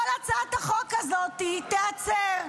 כל הצעת החוק הזאת תיעצר.